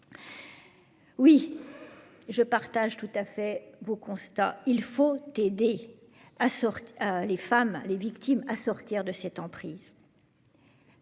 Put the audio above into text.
Oui, je partage votre constat : il faut aider les femmes et les victimes à sortir de cette emprise.